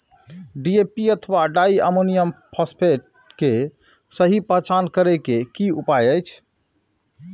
DAP अथवा di ammonium phosphate के सहि पहचान करे के कि उपाय अछि?